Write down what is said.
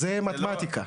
זה מתמטיקה.